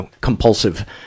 compulsive